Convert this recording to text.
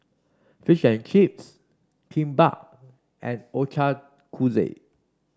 Fish and Chips Kimbap and Ochazuke